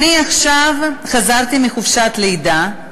אני חזרתי עכשיו מחופשת לידה,